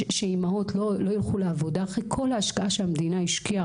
שאימהות לא ילכו לעבודה אחרי כל ההשקעה שהמדינה השקיעה,